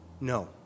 No